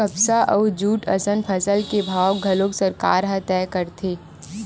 कपसा अउ जूट असन फसल के भाव घलोक सरकार ह तय करथे